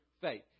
faith